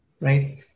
right